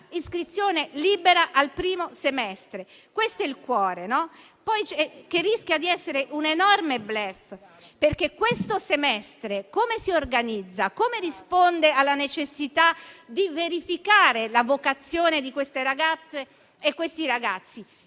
iscrizione libera al primo semestre. Questo è il cuore, che rischia di essere un enorme *bluff*. Questo semestre, infatti, come si organizza? Come risponde alla necessità di verificare la vocazione di queste ragazze e questi ragazzi?